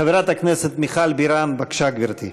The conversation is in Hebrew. חברת הכנסת מיכל בירן, בבקשה, גברתי.